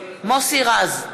מוסי רז,